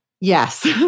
Yes